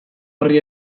horri